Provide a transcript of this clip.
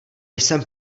jsem